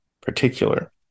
particular